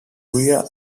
rear